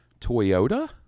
Toyota